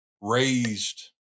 raised